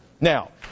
Now